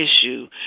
issue